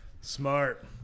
Smart